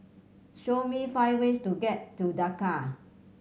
show me five ways to get to Dhaka